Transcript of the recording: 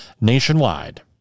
nationwide